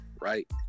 right